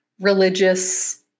religious